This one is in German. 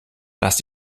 dass